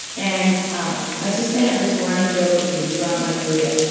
and um my sister had this running joke with me throughout my career,